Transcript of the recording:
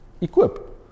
equip